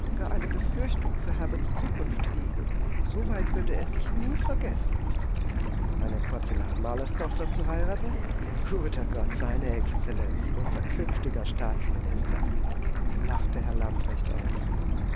eine befürchtung für herberts zukunft hege so weit würde er sich nie vergessen eine porzellanmalerstochter zu heiraten guter gott seine exzellenz unser zukünftiger staatsminister lachte herr lamprecht auf